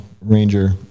ranger